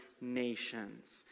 nations